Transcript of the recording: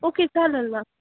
okay चालेल ना